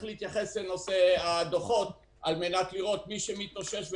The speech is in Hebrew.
להתייחס לנושא הדוחות כדי לראות מי מתאושש,